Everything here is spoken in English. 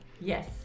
Yes